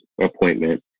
appointment